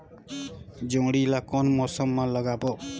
जोणी ला कोन मौसम मा लगाबो?